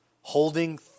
holding